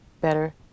better